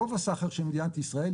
רוב הסחר של מדינת ישראל,